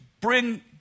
bring